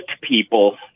people